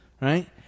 right